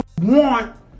want